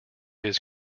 his